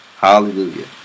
hallelujah